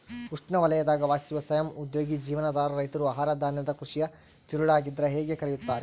ಉಷ್ಣವಲಯದಾಗ ವಾಸಿಸುವ ಸ್ವಯಂ ಉದ್ಯೋಗಿ ಜೀವನಾಧಾರ ರೈತರು ಆಹಾರಧಾನ್ಯದ ಕೃಷಿಯ ತಿರುಳಾಗಿದ್ರ ಹೇಗೆ ಕರೆಯುತ್ತಾರೆ